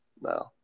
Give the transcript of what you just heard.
No